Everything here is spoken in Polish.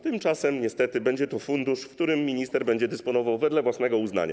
Tymczasem niestety będzie to fundusz, którym minister będzie dysponował wedle własnego uznania.